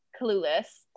clueless